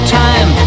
time